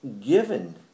given